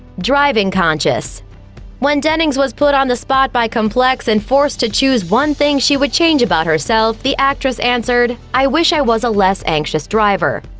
driving-conscious when dennings was put on the spot by complex and forced to choose one thing she would change about herself, the actress answered, i wish i was a less anxious driver.